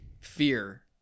fear